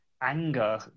anger